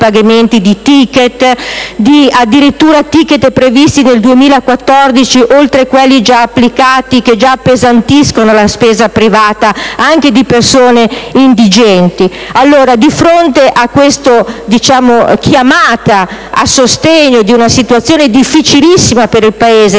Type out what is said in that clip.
di *ticket* (addirittura ci sono *ticket* previsti nel 2014, oltre a quelli già applicati che appesantiscono la spesa privata, anche di persone indigenti), di fronte a questa chiamata a sostegno di una situazione difficilissima per il Paese